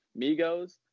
Migos